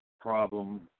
problem